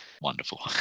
Wonderful